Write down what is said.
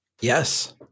Yes